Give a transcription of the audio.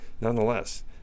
nonetheless